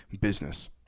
business